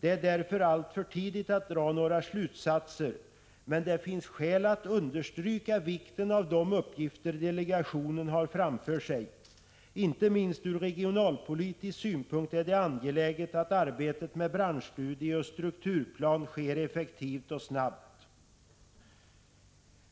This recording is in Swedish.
Det är därför alltför tidigt att dra några slutsatser, men det finns skäl att understryka vikten av de uppgifter delegationen har framför sig. Inte minst ur regionalpolitisk synpunkt är det angeläget att arbetet med branschstudie och strukturplan sker effektivt och snabbt.